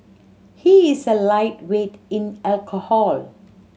he is a lightweight in alcohol